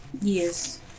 Yes